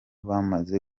bamaze